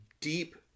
deep